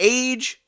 age